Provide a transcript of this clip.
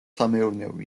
სამეურნეო